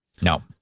No